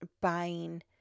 buying